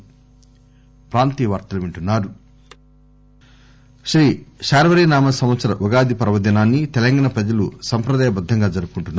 ఉగాది శ్రీ శార్వరి నామ సంవత్సర ఉగాది పర్వదినాన్ని తెలంగాణా ప్రజలు సంప్రదాయ బద్దం గా జరుపుకుంటున్నారు